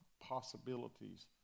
possibilities